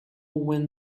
when